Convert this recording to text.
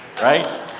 right